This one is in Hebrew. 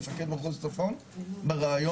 מפקד מחוז צפון בראיון,